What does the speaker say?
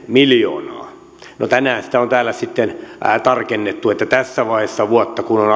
miljoonaa no tänään sitä on täällä sitten tarkennettu että tässä vaiheessa vuotta kun on